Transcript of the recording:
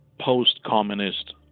post-communist